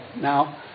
Now